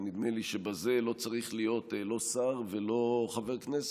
ונדמה לי שבזה לא צריך להיות לא שר ולא חבר כנסת: